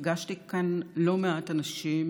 פגשתי כאן לא מעט אנשים